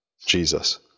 Jesus